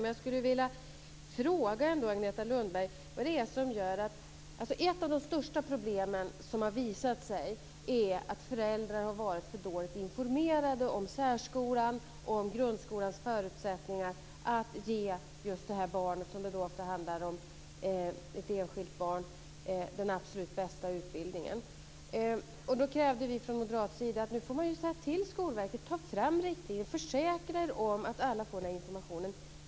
Men jag skulle ändå vilja uppmärksamma Agneta Lundberg på att ett av de största problemen som visat sig är att föräldrarna har varit för dåligt informerade om särskolan och om grundskolans förutsättningar att ge just det enskilda barn det handlar om den absolut bästa utbildningen. Då krävde vi från moderat sida att man får säga till Skolverket: Ta fram riktlinjer, försäkra er om att alla får den informationen!